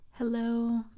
Hello